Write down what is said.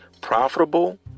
profitable